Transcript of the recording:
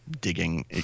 digging